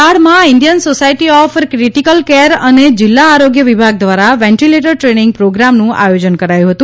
વલસાડમાં Indian Society of Critical Care અને જિલ્લા આરોગ્ય વિભાગ દ્વારા વેન્ટિલેટર ટ્રેનિંગ પ્રોગ્રામનું આયોજન કરેલું છે